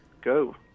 go